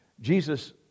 Jesus